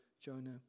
Jonah